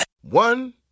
One